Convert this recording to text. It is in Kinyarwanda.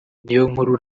niyonkuru